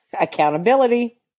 Accountability